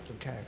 Okay